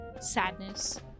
sadness